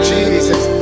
Jesus